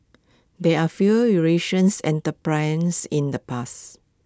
there are few Eurasians entrepreneurs in the past